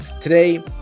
today